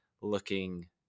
looking